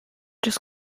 just